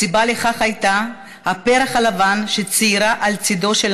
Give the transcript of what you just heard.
הסיבה לכך הייתה הפרח הלבן שציירה על צידו של